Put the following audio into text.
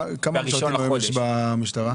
כמה משרתים היום יש במשטרה?